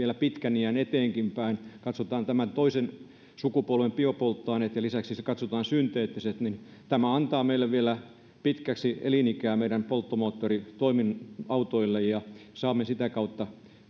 pitkän iän vielä eteenpäinkin kun katsotaan nämä toisen sukupolven biopolttoaineet ja lisäksi katsotaan synteettiset niin tämä antaa vielä pitkästi elinikää meidän polttomoottoriautoillemme ja saamme sitä kautta